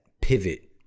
pivot